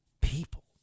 people